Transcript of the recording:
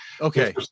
Okay